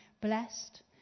blessed